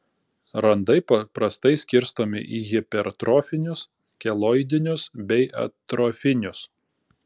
randai paprastai skirstomi į hipertrofinius keloidinius bei atrofinius